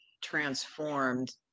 transformed